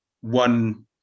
one